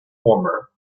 former